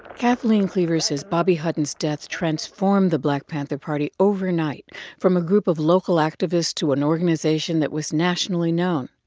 kathleen cleaver says bobby hutton's death transformed the black panther party overnight from a group of local activists to an organization that was nationally known.